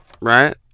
Right